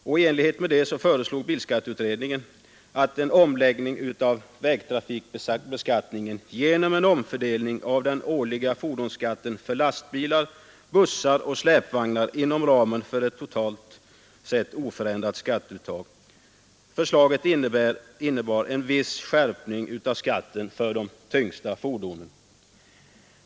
I enlighet härmed föreslog bilskatteutredningen en omläggning av vägtrafikbeskattningen genom en omfördelning av den årliga fordonsskatten för lastbilar, bussar och släpvagnar inom ramen för ett totalt sett oförändrat skatteuttag. Förslaget innebar en viss skärpning av skatten för de tyngsta fordonen.